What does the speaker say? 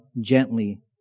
gently